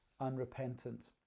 unrepentant